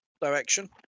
direction